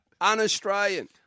Un-Australian